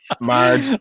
Marge